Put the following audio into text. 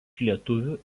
lietuvių